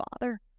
Father